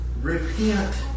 Repent